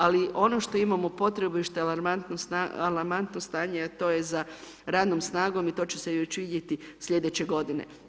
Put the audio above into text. Ali ono što imamo potrebu i što je alarmantno stanje, a to je za radnom snagom, a to će se već vidjeti sljedeće godine.